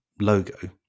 logo